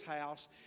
house